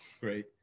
Great